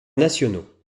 nationaux